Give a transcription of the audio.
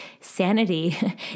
sanity